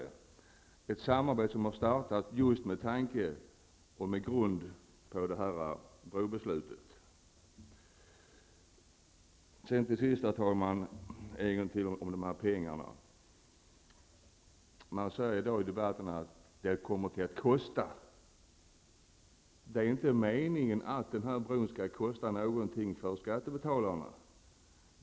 Det är ett samarbete som har startat just tack vare beslutet om bron. Herr talman! Vidare har vi frågan om pengarna. Det sägs i dag i debatten att bron kommer att kosta. Det är inte meningen att bron skall kosta något för skattebetalarna.